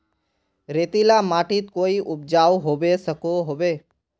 रेतीला माटित कोई उपजाऊ होबे सकोहो होबे?